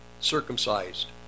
circumcised